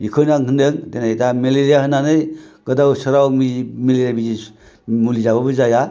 बिखौनो आं होनदों दिनै दा मेलेरिया होननानै गोदाव सोराव मुलि बिजि मुलि जाब्लाबो जाया